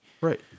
Right